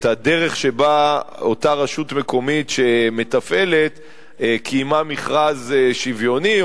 הדרך שבה אותה רשות מקומית שמתפעלת קיימה מכרז שוויוני,